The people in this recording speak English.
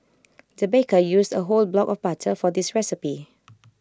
the baker used A whole block of butter for this recipe